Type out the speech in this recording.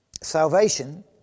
Salvation